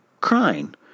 crying